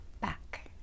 back